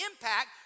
impact